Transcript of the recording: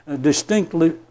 distinctly